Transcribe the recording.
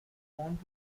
want